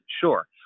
sure